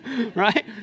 right